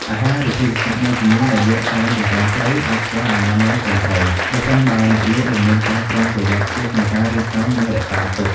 អាហារ ឬភេសជ្ជៈមួយចំនួនដែលលក់តាមចិញ្ចើមផ្លូវ អាចខ្វះអនាម័យត្រឹមត្រូវ ប្រសិនបើអ្នកលក់មិនមានការប្រុងប្រយ័ត្នខ្ពស់ក្នុងការរៀបចំ និងរក្សាទុក។